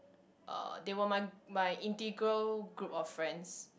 uh they were my my integral group of friends